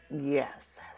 Yes